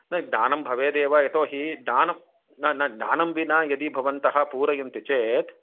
ज्ञानं भवेदेव यतोहि ज्ञान न न ज्ञानं विना यदि भवन्त पूरयन्ति चेत्